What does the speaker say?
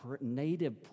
native